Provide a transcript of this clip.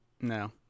No